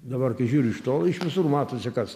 dabar kai žiūriu iš tolo iš visur matosi kas